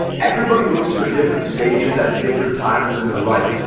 everybody looks for different stages at different times in their life.